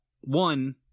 One